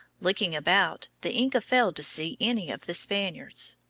looking about, the inca failed to see any of the spaniards.